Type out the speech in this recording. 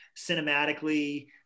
Cinematically